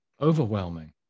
Overwhelming